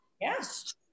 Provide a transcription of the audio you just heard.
Yes